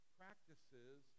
practices